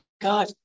God